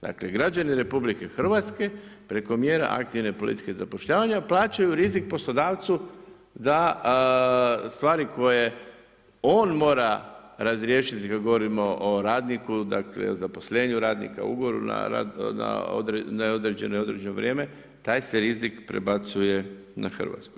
Dakle građani RH preko mjera aktivne politike zapošljavanje plaćaju rizik poslodavcu da stvari koje on mora razriješiti, kad govorimo o radniku, dakle o zaposlenju radnika, o ugovoru na neodređeno i određeno vrijeme, taj se rizik prebacuje na Hrvatsku.